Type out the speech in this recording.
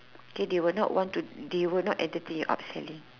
K they will not want to they will not entertain your upselling